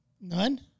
None